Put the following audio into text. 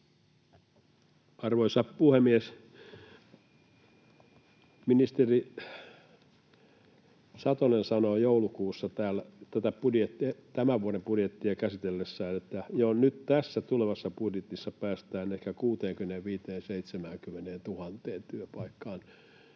Arvoisa puhemies! Ministeri Satonen sanoi joulukuussa täällä tämän vuoden budjettia käsitellessään, että jo nyt tässä tulevassa budjetissa päästään ehkä 65 000—70 000 työpaikkaan,